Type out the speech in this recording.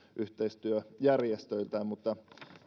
yhteistyöjärjestöiltään mutta